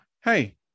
hey